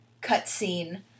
cutscene